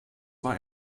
war